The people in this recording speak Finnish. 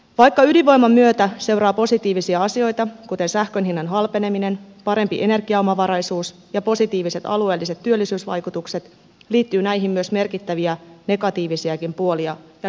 vaikka ydinvoiman myötä seuraa positiivisia asioita kuten sähkön hinnan halpeneminen parempi energiaomavaraisuus ja positiiviset alueelliset työllisyysvaikutukset liittyy näihin myös merkittäviä negatiivisiakin puolia ja kysymysmerkkejä